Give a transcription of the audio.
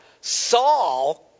Saul